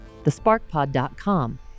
thesparkpod.com